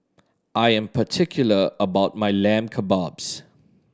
I am particular about my Lamb Kebabs